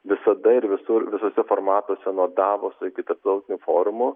visada ir visur visuose formatuose nuo davoso iki tarptautinių forumų